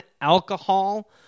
alcohol